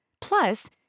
Plus